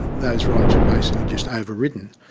those rights were basically just over-ridden.